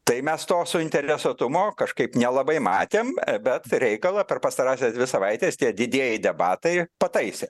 tai mes to suinteresuotumo kažkaip nelabai matėm bet reikalą per pastarąsias dvi savaites tie didieji debatai pataisė